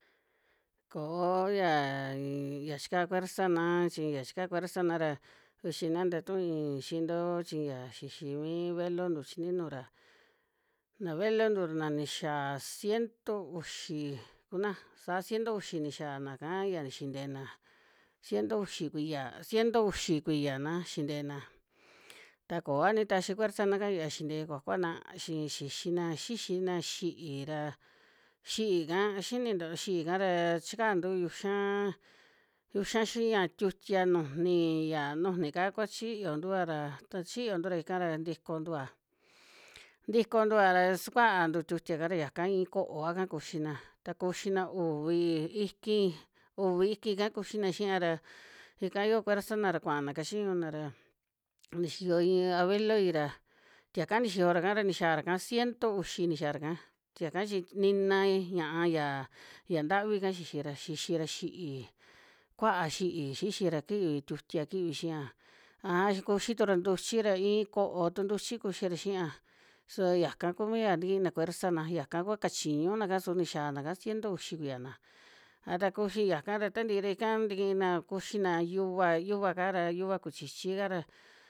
Koo yaai ya chika fuerzana chi ya chika fuerzana ra, vichi na nta tu'ui xintoo chi ya xixi mii velontu chi ninu ra, na velontu ra na nixia ciento uxi kuana, saa ciento uxi nixianaka yia xinteena, ciento uxi kuiya, ciento uxi kuiyana xinteena ta koa ni taxi fuerzana'ka ya xintee kuakuana chi xixiná, xixina xi'í ra xi'íka, xininto xi'íka ra chikantu yuxaa, yuxa xii ya tiutia nujuni ya nujuni'ka kua chiyontua ra, ta chiyontua ra ikara ntikontua, ntikontua ra sukuantu tiutia'ka ra yaka iin ko'oaka kuxina, ta kuxina uvi i'ki, uvi i'kika kuxina xiia ra, ika yoo kuersana ra kuaana kachiñuna ra, ni xiyo iin abueloi ra tiaka ni xiyora'ka, ni xiaara'ka ciento uvi ni xiara'ka, teaka chi nina ña'a ya, ya ntavi'ka xixira, xixira xi'í kuaa xi'í xixira, kivi tiutia kivi xiia, aja kuxi tura ntuchi ra iin ko'o tu ntuchi kuxira xia, su yaka kuu miya tikina kuersana, yaka kua kachiñuna'ka su ni xiana cieto uxi kuiyana, a ta kuxi yaka ra ta ntii ra, ika tikina kuxina yuva, yuva'ka ra, yuva kuchichi'ka ra.